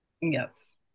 yes